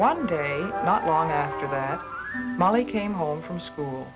one day not long after that molly came home from school